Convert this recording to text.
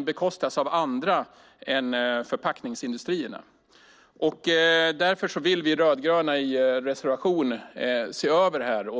bekostas av andra än förpackningsindustrierna. Därför vill vi i de rödgröna partierna enligt reservation 3 se över detta.